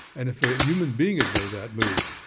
and if a human being had made that move,